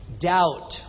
Doubt